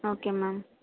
okay ma'am